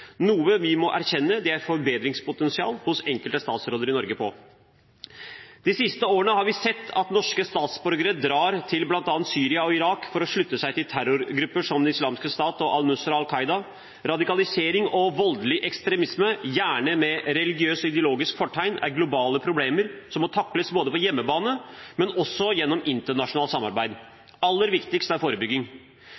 vi må erkjenne at der er det et forbedringspotensial hos enkelte statsråder i Norge. De siste årene har vi sett at norske statsborgere drar til bl.a. Syria og Irak for å slutte seg til terrorgrupper som Den islamske stat og al-Nusra/al-Qaida. Radikalisering og voldelig ekstremisme, gjerne med et religiøst og ideologisk fortegn, er globale problemer som må takles både på hjemmebane og gjennom internasjonalt samarbeid.